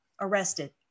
arrested